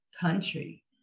country